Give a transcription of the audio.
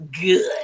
good